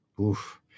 Oof